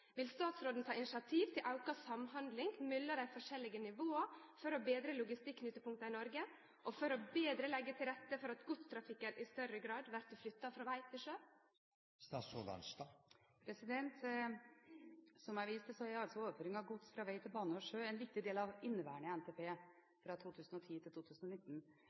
Vil statsråden ta initiativ til auka samhandling mellom dei forskjellige nivåa for å betre logistikknutepunkta i Noreg, og for å betre leggje til rette for at godstrafikken i større grad vert flytta frå veg til sjø? Som jeg viste til, er altså overføring av gods fra vei til bane og sjø en viktig del av inneværende NTP fra